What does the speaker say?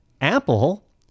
Apple